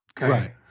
Right